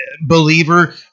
believer